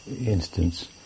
instance